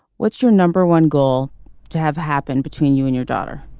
what's your number one goal to have happen between you and your daughter